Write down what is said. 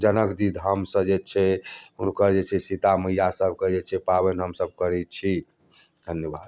जनकजी धामसँ जे छै हुनकर जे छै सीतामैया सबके जे छै पाबनि हमसब करैत छी धन्यवाद